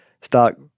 stock